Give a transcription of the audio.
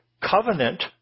covenant